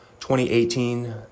2018